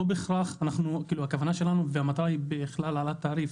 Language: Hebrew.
לא בהכרח שהכוונה שלנו והמטרה היא בכלל התעריף.